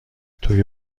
توی